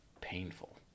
painful